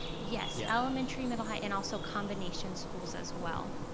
yes, yeah elementary, middle, high, and also combination schools as well.